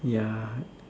ya